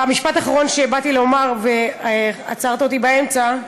משפט אחרון שבאתי לומר ועצרת אותי באמצע,